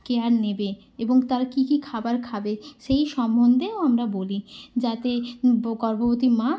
care নেবে এবং তারা কী কী খাবার খাবে সেই সম্বন্ধেও আমরা বলি যাতে গর্ভবতী মা